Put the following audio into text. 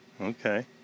Okay